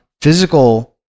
physical